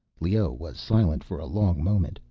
leoh was silent for a long moment.